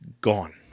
Gone